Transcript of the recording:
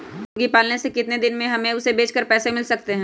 मुर्गी पालने से कितने दिन में हमें उसे बेचकर पैसे मिल सकते हैं?